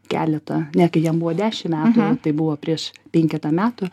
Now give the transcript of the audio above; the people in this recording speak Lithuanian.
keletą ne kai jam buvo dešim metų tai buvo prieš penketą metų